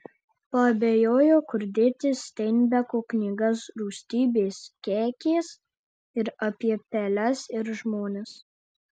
paabejojo kur dėti steinbeko knygas rūstybės kekės ir apie peles ir žmones